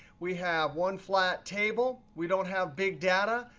we have one flat table. we don't have big data.